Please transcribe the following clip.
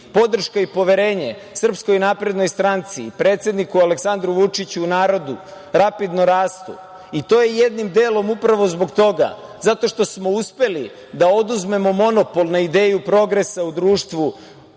podrška i poverenje SNS i predsedniku Aleksandru Vučiću u narodu rapidno rastu i to je jednim delom upravo zbog toga zato što smo uspeli da oduzmemo monopol na ideju progresa u društvu